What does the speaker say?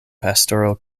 pastoral